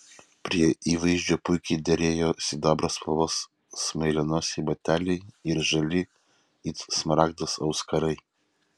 prie įvaizdžio puikiai derėjo sidabro spalvos smailianosiai bateliai ir žali it smaragdas auskarai